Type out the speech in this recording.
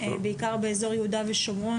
בעיקר באיזור יהודה ושומרון,